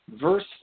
Verse